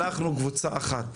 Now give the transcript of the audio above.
אנחנו קבוצה אחת,